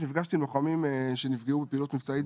נפגשתי עם לוחמים שנפגעו בפעילות מבצעית